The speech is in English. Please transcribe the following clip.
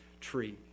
tree